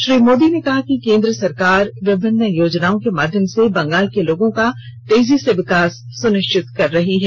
श्री मोदी ने कहा कि केन्द्र सरकार विभिन्न योजनाओं के माध्यम से बंगाल के लोगों का तेजी से विकास सुनिश्चित कर रही है